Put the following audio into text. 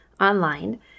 online